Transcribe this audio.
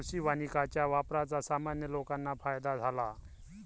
कृषी वानिकाच्या वापराचा सामान्य लोकांना फायदा झाला